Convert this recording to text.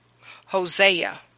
Hosea